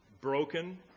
broken